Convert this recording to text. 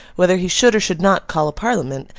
whether he should or should not call a parliament,